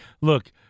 Look